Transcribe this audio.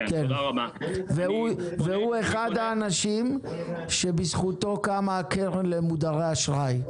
הוא אחד האנשים שבזכותו קמה הקרן למודרי אשראי.